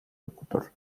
locutor